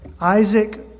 Isaac